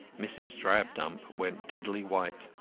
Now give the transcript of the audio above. mrs. drabdump went deadly white.